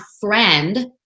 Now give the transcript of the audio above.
friend